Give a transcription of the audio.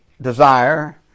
desire